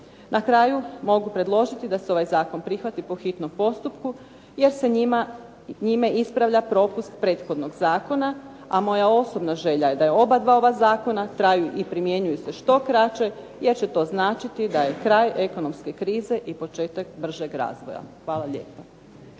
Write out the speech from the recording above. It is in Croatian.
Na kraju mogu predložiti da se ovaj zakon prihvati po hitnom postupku, jer se njime ispravlja propust prethodnog zakona. A moja osobna želja je da obadva ova zakona traju i primjenjuju se što kraće jer će to značiti da je to kraj ekonomske krize i početak bržeg razvoja. Hvala lijepa.